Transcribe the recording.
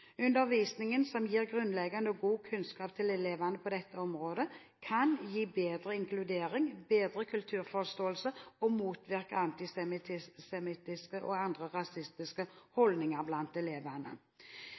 Undervisningen som gir grunnleggende og god kunnskap til elevene på dette området, kan gi bedre inkludering, bedre kulturforståelse og motvirke antisemittiske og andre rasistiske